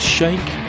Shake